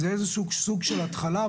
זה יהיה סוג של התחלה.